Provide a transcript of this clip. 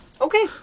Okay